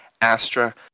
Astra